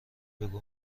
بگو